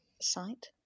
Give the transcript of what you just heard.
site